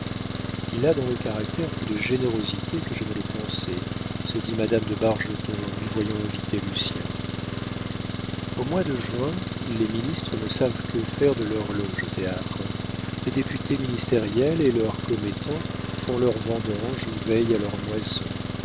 il a dans le caractère plus de générosité que je ne le pensais se dit madame de bargeton en lui voyant inviter lucien au mois de juin les ministres ne savent que faire de leurs loges aux théâtres les députés ministériels et leurs commettants font leurs vendanges ou veillent à leurs moissons